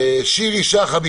שירי שחם,